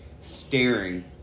staring